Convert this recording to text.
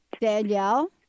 Danielle